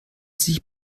sich